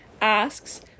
asks